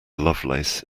lovelace